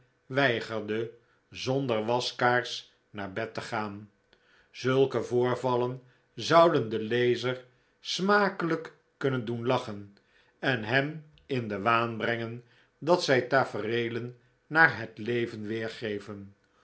weigerde zonder waskaars naar bed te gaan zulke voorvallen zouden den lezer smakelijk kunnen doen lachen en hem in den waan brengen dat zij tafereelen naar het leven weergeven